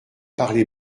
parler